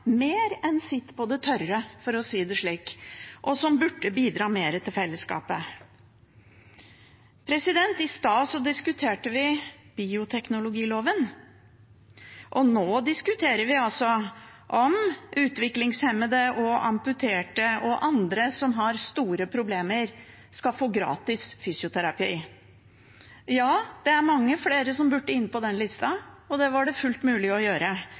mer enn sitt på det tørre, for å si det slik, og som burde bidra mer til fellesskapet. I stad diskuterte vi bioteknologiloven. Nå diskuterer vi om utviklingshemmede, folk som har amputert, og andre som har store problemer, skal få gratis fysioterapi. Ja, det er mange flere som burde inn på den lista, og det var det fullt mulig å gjøre,